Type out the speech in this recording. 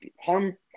Harm